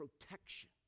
protection